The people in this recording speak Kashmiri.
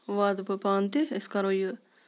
واتہٕ بہٕ پانہٕ تہِ أسۍ کرو یہِ